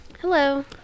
hello